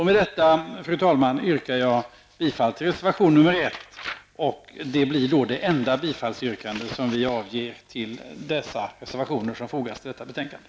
Med detta, fru talman, yrkar jag bifall till reservation 1. Det blir det enda bifallsyrkande som vi avger till de reservationer som finns fogade till betänkandet.